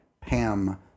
Pam